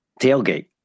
tailgate